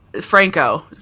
Franco